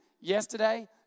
yesterday